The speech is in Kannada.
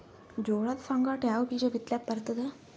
ಜೋಳದ ಸಂಗಾಟ ಯಾವ ಬೀಜಾ ಬಿತಲಿಕ್ಕ ಬರ್ತಾದ?